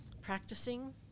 practicing